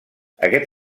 aquest